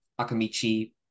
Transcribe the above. Akamichi